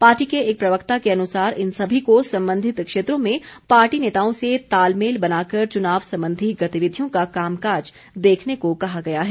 party के एक प्रवक्ता के अनुसार इन सभी को संबंधित क्षेत्रों में पार्टी नेताओं से तालमेल बनाकर चुनाव संबंधी गतिविधियों का कामकाज देखने को कहा गया है